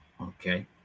Okay